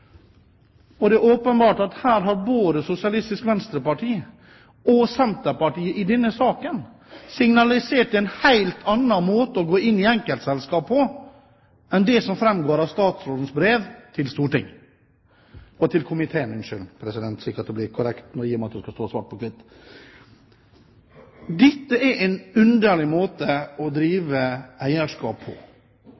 og det er åpenbart at i denne saken har både Sosialistisk Venstreparti og Senterpartiet signalisert en helt annen måte å gå inn i enkeltselskaper på enn det som framgår av statsrådens brev til Stortinget – til komiteen, unnskyld, slik at det blir korrekt, i og med at det skal stå svart på hvitt. Dette er en underlig måte å